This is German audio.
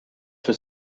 für